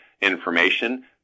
information